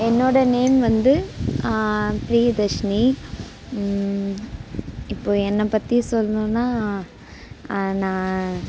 என்னோடய நேம் வந்து பிரியதர்ஷினி இப்போ என்னைப் பற்றி சொல்லணும்னால் நான்